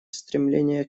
стремления